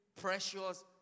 precious